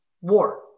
war